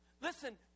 listen